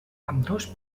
ambdós